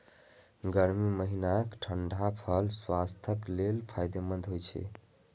गर्मी महीनाक ठंढा फल स्वास्थ्यक लेल फायदेमंद होइ छै